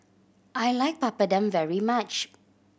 I like Papadum very much